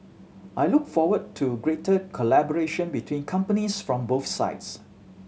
I look forward to greater collaboration between companies from both sides